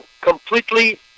Completely